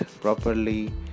properly